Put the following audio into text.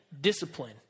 discipline